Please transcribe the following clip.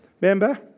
Remember